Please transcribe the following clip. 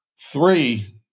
three